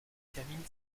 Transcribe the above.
termine